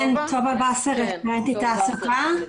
רפרנטית תעסוקה.